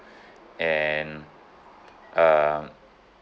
and uh